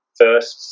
first